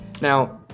Now